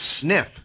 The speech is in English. sniff